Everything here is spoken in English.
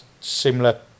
similar